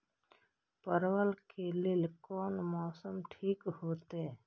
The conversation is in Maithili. परवल के लेल कोन मौसम ठीक होते?